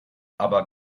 aber